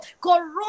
Corona